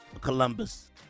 Columbus